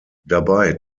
dabei